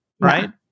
right